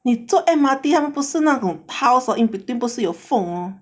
你坐 M_R_T 他们不是那种 tiles lor in between 不是有锋 oh